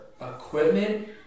equipment